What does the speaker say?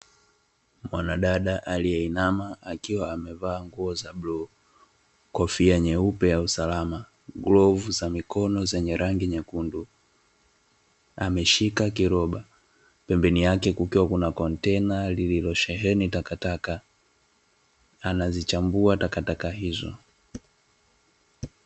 Mwanadada aliyeinama akiwa amevaa nguo za bluu, kofia nyeupe ya usalama, glovu za mikono zenye rangi nyekundu; ameshika kiroba. Pembeni yake kukiwa kuna kontena lililosheheni takataka, anazichambua takataka hizo.